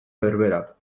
berberak